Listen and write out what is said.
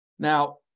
Now